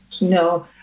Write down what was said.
No